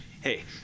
hey